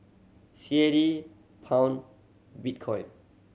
C A D Pound Bitcoin